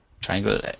triangle